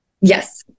Yes